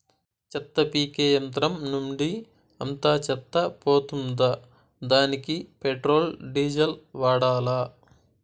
చెత్త పీకే యంత్రం నుండి అంతా చెత్త పోతుందా? దానికీ పెట్రోల్, డీజిల్ వాడాలా?